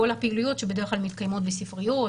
כל הפעילויות שבדרך כלל מתקיימות בספריות,